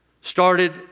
started